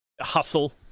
hustle